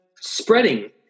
spreading